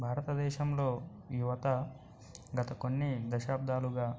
భారతదేశంలో యువత గత కొన్ని దశాబ్దాలుగా